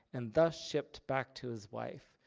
and thus shipped back to his wife,